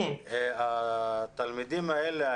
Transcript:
התלמידים האלה,